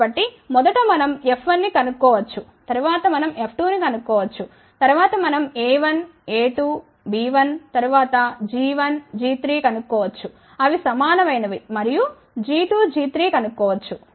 కాబట్టి మొదట మనం F1 ని కనుక్కోవచ్చు తర్వాత మనం F2 ని కనుక్కోవచ్చు తర్వాత మనం a1 a2 b1తర్వాత g1 g3కనుక్కోవచ్చు అవి సమానమైన వి మరియు g2 g3కనుక్కోవచ్చు